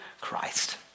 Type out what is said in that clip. Christ